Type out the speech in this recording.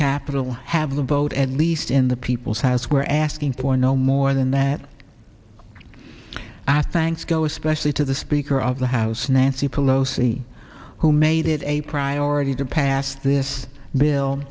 capital have the vote at least in the people's house we're asking for no more than that i thanks go especially to the speaker of the house nancy pelosi who made it a priority to pass this bill